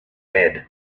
bed